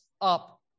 up